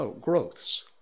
growths